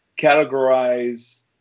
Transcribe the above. categorize